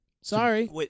Sorry